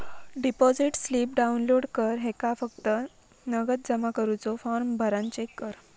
deposit slip download कर ह्येका फक्त नगद जमा करुचो फॉर्म भरान चेक कर